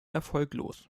erfolglos